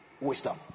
wisdom